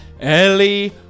Ellie